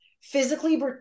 physically